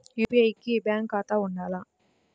UPI కి bank ఖాతా ఉండాల?